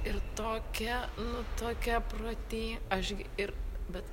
ir tokia nu tokia proti aš gi ir bet